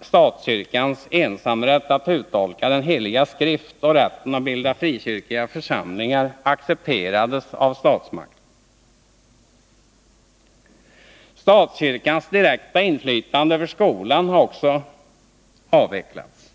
statskyrkans ensamrätt att uttolka den heliga skrift, och rätten att bilda frikyrkliga församlingar accepterades av statsmakten. Statskyrkans direkta inflytande över skolan har också avvecklats.